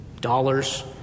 dollars